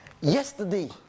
Yesterday